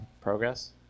progress